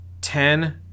Ten